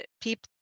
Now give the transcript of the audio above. people